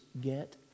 get